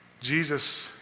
Jesus